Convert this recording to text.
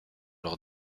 leur